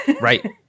Right